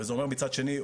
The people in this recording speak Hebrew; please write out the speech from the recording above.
ומצד שני,